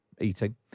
eating